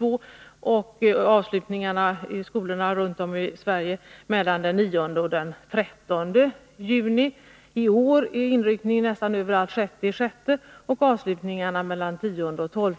7 juni och avslutningarna i skolorna runt om i Sverige den 9-13 juni. I år är inryckningen nästan överallt den 6 juni, och avslutningarna den 10-12 juni.